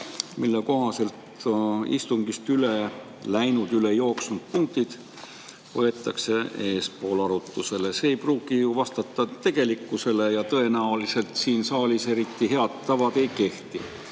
mille kohaselt istungilt [teise päeva] üle läinud punktid võetakse eespool arutusele. See ei pruugi vastata tegelikkusele, tõenäoliselt siin saalis head tavad ei kehti.